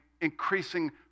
increasing